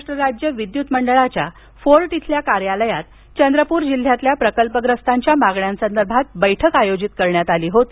महाराष्ट्र राज्य विद्युत मंडळाच्या फोर्ट इथल्या कार्यालयात चंद्रपूर जिल्ह्यातल्या प्रकल्पग्रस्तांच्या मागण्यांसंदर्भात बैठक आयोजित करण्यात आली होती